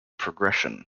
progression